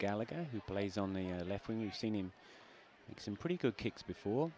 gallagher who plays on the l f when you've seen him it's in pretty good kicks before